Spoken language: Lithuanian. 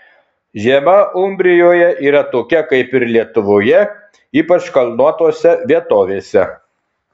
žiema umbrijoje yra tokia kaip ir lietuvoje ypač kalnuotose vietovėse